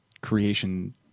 creation